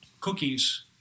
cookies